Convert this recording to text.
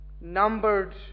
numbered